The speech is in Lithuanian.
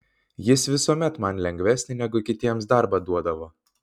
jis visuomet man lengvesnį negu kitiems darbą duodavo